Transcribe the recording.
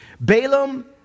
Balaam